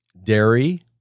Dairy